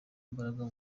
imbaraga